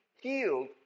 healed